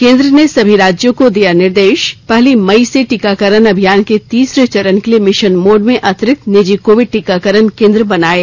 केन्द्र ने सभी राज्यों को दिया निर्देश पहली मई से टीकाकरण अभियान के तीसरे चरण के लिए मिशन मोड में अतिरिक्त निजी कोविड टीकाकरण केन्द्र बनाये